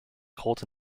cult